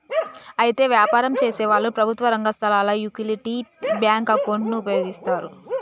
అయితే వ్యాపారం చేసేవాళ్లు ప్రభుత్వ రంగ సంస్థల యొకరిటివ్ బ్యాంకు అకౌంటును ఉపయోగిస్తారు